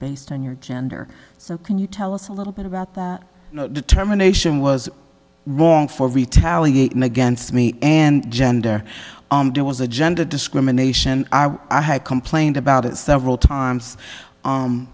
based on your gender so can you tell us a little bit about that determination was wrong for retaliation against me and gender do was a gender discrimination i had complained about it several times